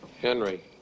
Henry